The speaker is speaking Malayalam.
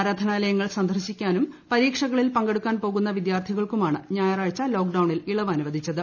ആരാധനാലയങ്ങൾ സന്ദർശിക്കാനും പരീക്ഷകളിൽ പങ്കെടുക്കാൻ പോകുന്ന വിദ്യാർത്ഥികൾക്കുമാണ് ഞായറാഴ്ച ലോക്ക്ഡൌണിൽ ഇളവ് അനുവദിച്ചത്